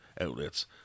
outlets